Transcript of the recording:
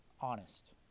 honest